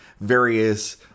various